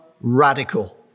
radical